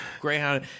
Greyhound